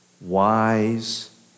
wise